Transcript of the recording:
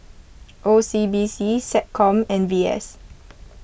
O C B C SecCom and V S